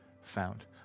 found